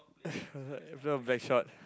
I prefer Blackshot